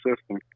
system